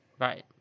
Right